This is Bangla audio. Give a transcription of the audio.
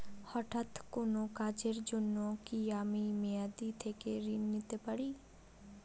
হঠাৎ কোন কাজের জন্য কি আমি মেয়াদী থেকে ঋণ নিতে পারি?